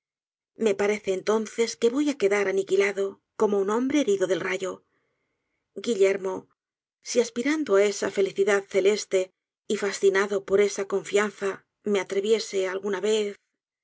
me parece entonces que voy á quedar aniquilado como un hombre herido del rayo guillermo si aspirando á esa felicidad celeste y fascinado por esa confianza me atreviese alguna vez